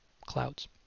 clouds